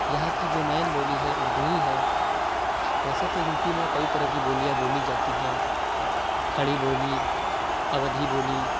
یہاں کی جو مین بولی ہے اُردو ہی ہے ویسے تو یو پی میں کئی طرح کی بولیاں بولی جاتی ہیں کھڑی بولی اَودھی بولی